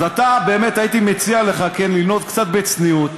אז אתה, באמת הייתי מציע לך לנהוג קצת בצניעות,